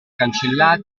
cancellati